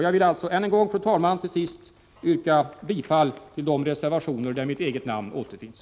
Jag vill, fru talman, till sist än en gång yrka bifall till de reservationer där mitt eget namn återfinns.